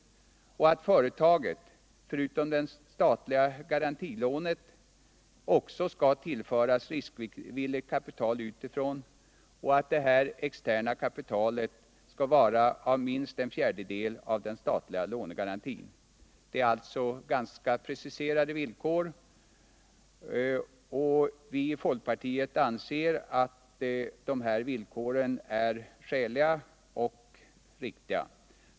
Företaget skall vidare, förutom det statliga garantilånet, tillföras riskvilligt kapital utifrån, och detta externa kapital skall vara minst en fjärdedel av den statliga lånegarantin. Det är alltså ganska preciserade villkor, och vi i folkpartiet anser att de här villkoren är skäliga och riktiga.